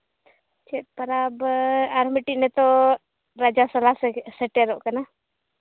ᱪᱮᱫ ᱯᱚᱨᱚᱵᱽ ᱟᱨ ᱢᱤᱫᱴᱮᱱ ᱱᱤᱛᱚᱜ ᱨᱟᱡᱟᱥᱟᱞᱟ ᱥᱮᱴᱮᱨᱚᱜ ᱠᱟᱱᱟ